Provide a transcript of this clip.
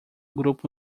grupo